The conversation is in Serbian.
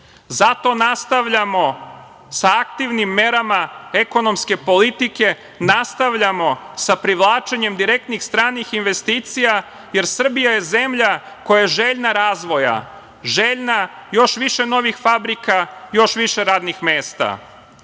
Zato nastavljamo sa aktivnim merama ekonomske politike, nastavljamo sa privlačenjem direktnih stranih investicija, jer Srbija je zemlja koja je željna razvoja, željna još više novih fabrika i još više radnih